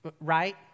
Right